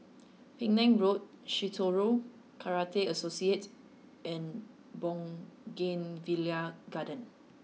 Penang Road Shitoryu Karate Association and Bougainvillea Garden